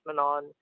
on